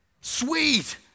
Sweet